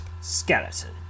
Skeleton